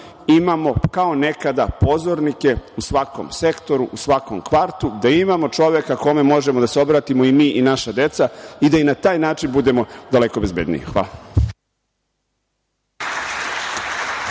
imamo, kao nekada, pozornike u svakom sektoru, u svakom kvartu, da imamo čoveka kome možemo da se obratimo i mi i naša deca i da i na taj način budemo daleko bezbedniji. Hvala.